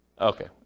Okay